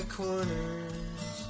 corners